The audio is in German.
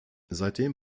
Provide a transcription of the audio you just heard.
seitdem